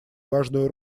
важную